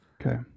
Okay